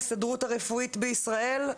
ההסתדרות הרפואית בישראל,